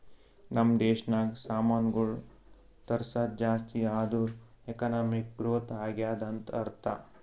ನಮ್ ದೇಶನಾಗ್ ಸಾಮಾನ್ಗೊಳ್ ತರ್ಸದ್ ಜಾಸ್ತಿ ಆದೂರ್ ಎಕಾನಮಿಕ್ ಗ್ರೋಥ್ ಆಗ್ಯಾದ್ ಅಂತ್ ಅರ್ಥಾ